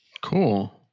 Cool